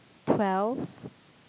twelve